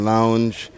Lounge